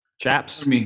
chaps